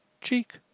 Cheek